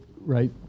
right